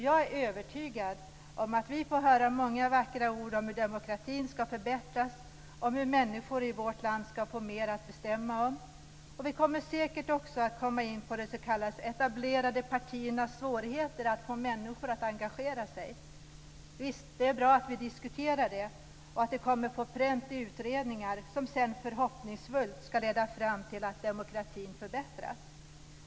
Jag är övertygad om att vi får höra många vackra ord om hur demokratin ska förbättras och om hur människor i vårt land ska få mer att bestämma om. Vi kommer säkert också att komma in på de s.k. etablerade partiernas svårigheter att få människor att engagera sig. Visst är det bra att vi diskuterar detta och att det kommer på pränt i utredningar, som sedan förhoppningsvis ska leda fram till att demokratin förbättras.